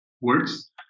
words